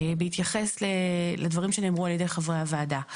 בהתייחס לדברים נאמרו על ידי חברת הוועדה.